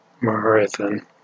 Marathon